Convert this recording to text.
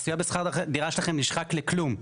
סיוע בשכר הדירה שלכם נשחק לכלום,